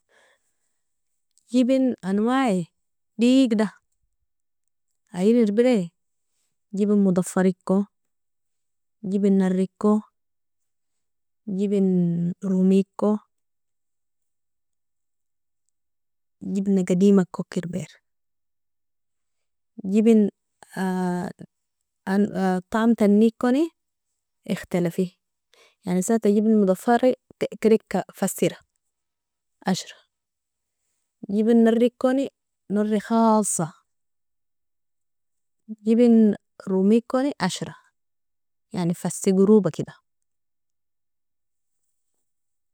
Jebin anwae digda ien irbire Jebin modafariko, Jebin nariko, Jebin romiko, Jebna gadimako irbir, Jebin tamatanikoni ikhtalafi, yani isata Jebin modafari kedeka fasira ashra, Jebin narikoni nari khalsa, Jebin romikoni ashra yani fasi grouba keda.